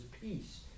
peace